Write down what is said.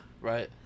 right